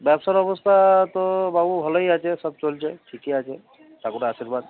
ব্যবসার অবস্থা তো বাবু ভালোই আছে সব চলছে ঠিকই আছে ঠাকুরের আশীর্বাদ